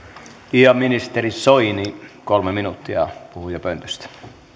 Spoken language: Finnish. ja ministeri soini kolme minuuttia puhujapöntöstä